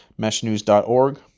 meshnews.org